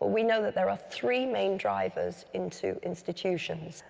but we know that there are three main drivers into institutions.